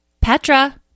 Petra